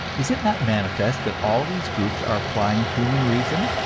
is it not manifest that all these groups are applying human reason,